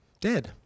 dead